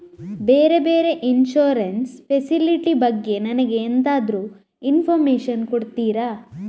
ಬೇರೆ ಬೇರೆ insurance facility ಬಗ್ಗೆ ನನಗೆ ಎಂತಾದ್ರೂ ಇನ್ಫೋರ್ಮೇಷನ್ ಕೊಡ್ತೀರಾ?